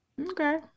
Okay